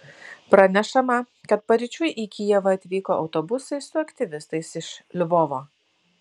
pranešama kad paryčiui į kijevą atvyko autobusai su aktyvistais iš lvovo